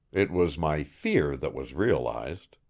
it was my fear that was realized.